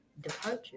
departure